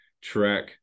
track